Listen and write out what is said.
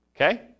Okay